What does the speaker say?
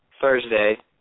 Thursday